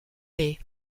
haye